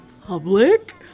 public